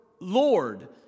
Lord